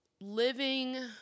Living